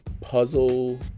puzzle